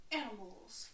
animals